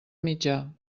mitjà